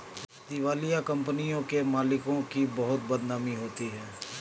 दिवालिया कंपनियों के मालिकों की बहुत बदनामी होती है